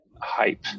hype